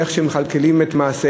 איך הם מכלכלים את מעשיהם,